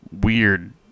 weird